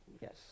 yes